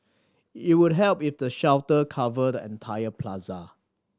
it would help if the shelter covered the entire plaza